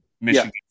Michigan